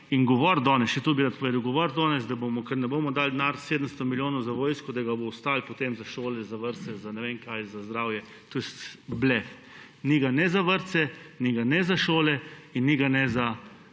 pa čez pet let. Še to bi rad povedal, govoriti danes, ker ne bomo dali 700 milijonov za vojsko, da ga bo ostalo potem za šole, za vrtce, za ne vem kaj, za zdravje − to je blef. Ni ga ne za vrtce, ni ga ne za šole in ni ga ne za